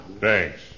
Thanks